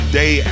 day